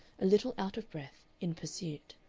a little out of breath, in pursuit.